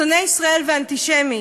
שונא ישראל ואנטישמי